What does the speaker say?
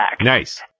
Nice